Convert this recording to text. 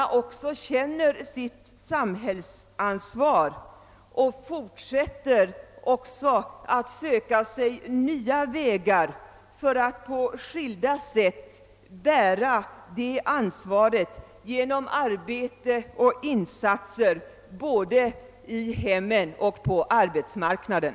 Jag är övertygad om att kvinnorna känner sitt samhällsansvar och fortsätter att söka sig nya vägar för att på skilda sätt bära det ansvaret genom arbete och insatser både i hemmen och på arbetsmarknaden.